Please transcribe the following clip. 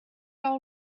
all